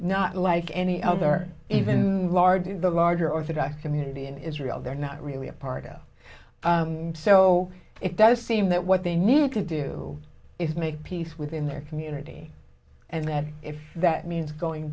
not like any other even larger the larger orthodox community in israel they're not really a part of and so it does seem that what they need to do is make peace within their community and then if that means going